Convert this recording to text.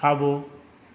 खाॿो